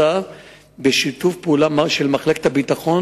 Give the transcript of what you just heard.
תוך חילול שבת,